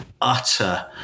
utter